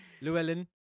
Llewellyn